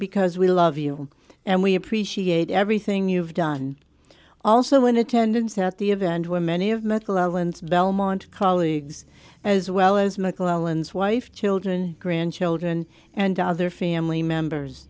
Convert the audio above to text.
because we love you and we appreciate everything you've done also when attendance at the event where many of mcclellan's belmont colleagues as well as mcclellan's wife children grandchildren and other family members